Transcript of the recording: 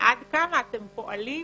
עד כמה אתם פועלים